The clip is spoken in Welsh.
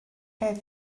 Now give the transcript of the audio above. beth